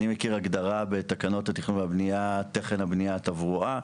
אני מכיר הגדרה בתקנות התכנון והבנייה (תכן הבנייה) (תברואה),